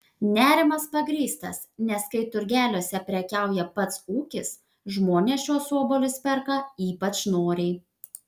nerimas pagrįstas nes kai turgeliuose prekiauja pats ūkis žmonės šiuos obuolius perka ypač noriai